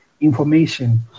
information